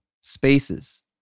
Spaces